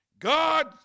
God